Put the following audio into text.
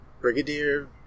Brigadier